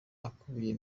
akubiye